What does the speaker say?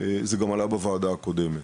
זה גם עלה בוועדה הקודמת,